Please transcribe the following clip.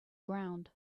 ground